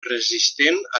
resistent